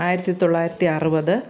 ആയിരത്തി തൊള്ളായിരത്തി അറുപത്